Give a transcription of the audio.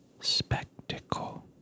Spectacle